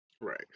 right